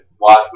watch